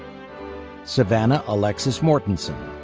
savannah alexis mortenson.